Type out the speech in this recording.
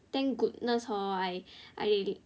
thank goodness hor I I